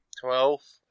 Twelve